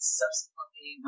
subsequently